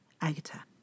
Agatha